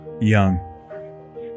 young